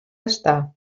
estar